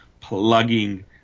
plugging